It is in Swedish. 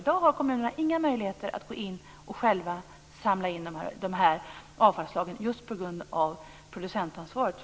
I dag har dessa kommuner inga möjligheter att gå in och själva samla in dessa avfallsslag just på grund av producentansvaret.